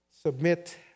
Submit